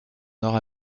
nord